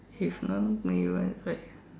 if